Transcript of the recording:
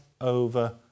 over